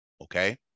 Okay